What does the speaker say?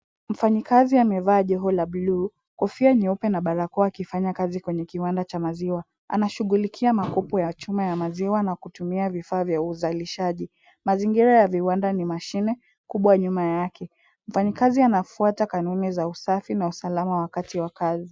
Mfanyikazi amevaa joho la bluu, kofia nyeupe na barakoa akifanya kazi kwenye kiwanda cha maziwa. Anashughulikia makopo ya chuma ya maziwa na kutumia vifaa vya uzalishaji. Mazingira ya viwanda ni mashine kubwa nyuma yake. Mfanyikazi anafuata kanuni za usafi na usalama wakati wa kazi.